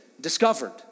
discovered